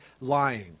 lying